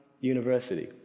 university